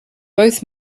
both